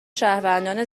شهروندان